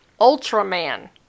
Ultraman